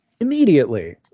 Immediately